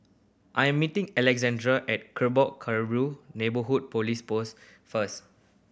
I am meeting Alexandre at Neighbourhood Police Post first